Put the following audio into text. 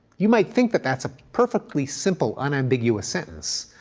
you might think that that's a perfectly simple unambiguous sentence.